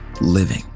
Living